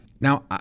Now